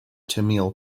tamil